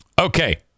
Okay